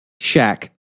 shack